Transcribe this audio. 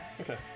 Okay